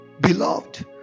Beloved